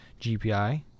GPI